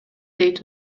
дейт